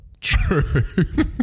True